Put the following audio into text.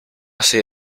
hace